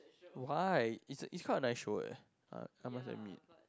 why it's it's quite a nice show eh I must admit